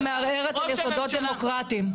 גם מערערת את היסודות הדמוקרטיים.